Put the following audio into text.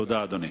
תודה, אדוני.